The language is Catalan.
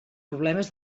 problemes